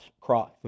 cross